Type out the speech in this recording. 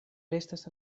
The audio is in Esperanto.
restas